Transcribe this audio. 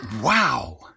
wow